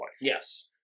Yes